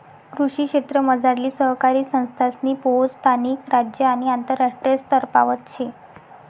कृषी क्षेत्रमझारली सहकारी संस्थासनी पोहोच स्थानिक, राज्य आणि आंतरराष्ट्रीय स्तरपावत शे